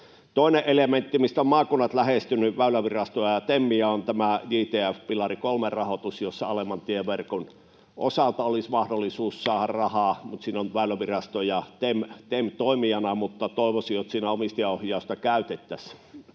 Toinen elementti, mistä ovat maakunnat lähestyneet Väylävirastoa ja TEMiä, on tämä JTF:n pilari 3:n rahoitus, jossa alemman tieverkon osalta olisi mahdollisuus saada rahaa. Siinä ovat Väylävirasto ja TEM toimijoina, mutta toivoisin, että siinä omistajaohjausta käytettäisiin.